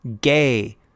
gay